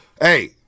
Hey